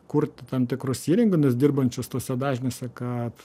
kurti tam tikrus įrenginius dirbančius tuose dažniuose kad